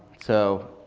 so